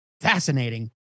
fascinating